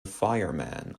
fireman